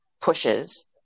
pushes